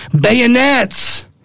bayonets